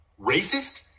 racist